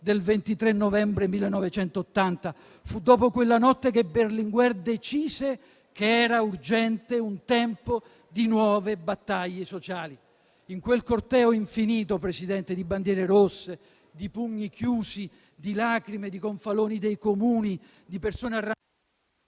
del 23 novembre 1980. Fu dopo quella notte che Berlinguer decise che era urgente un tempo di nuove battaglie sociali. In quel corteo infinito, Presidente, di bandiere rosse, di pugni chiusi, di lacrime, di gonfaloni dei Comuni, di persone arrampicate